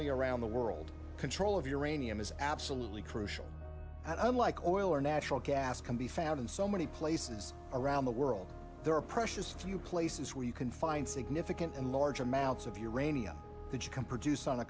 ly around the world control of uranium is absolutely crucial and unlike oil or natural gas can be found in so many places around the world there are precious few places where you can find significant and large amounts of uranium that can produce on a